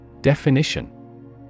Definition